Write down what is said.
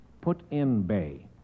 Put-in-Bay